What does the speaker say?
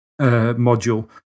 module